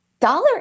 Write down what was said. dollar